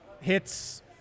hits